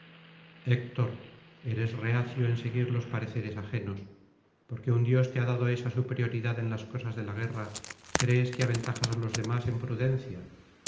héctor eres reacio en seguirlos pareceres ajenos porque un dios te ha dado esa superioridad en las cosas de la guerra crees que aventajas á los demás en prudencia